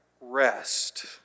rest